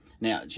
now